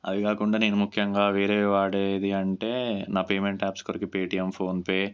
అవి కాకుండా నేను ముఖ్యంగా వేరేవి వాడేవి అంటే నా పేమెంట్ యాప్స్ కొరకు పేటిఎమ్ ఫోన్పే